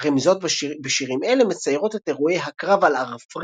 הרמיזות בשירים אלה מציירות את אירועי "הקרב על ארפדריד",